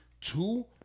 two